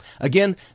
Again